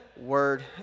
word